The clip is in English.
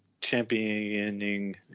championing